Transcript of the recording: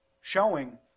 showing